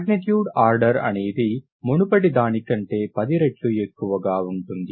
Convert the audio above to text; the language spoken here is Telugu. మాగ్నిట్యూడ్ ఆర్డర్ అనేది మునుపటి దాని కంటే పది రెట్లు ఎక్కువగా వుంటుంది